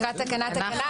תקנה-תקנה,